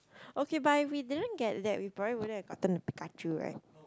okay but if we didn't get that we probably wouldn't have gotten the Pikachu right